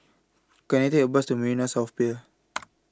Can I Take A Bus to Marina South Pier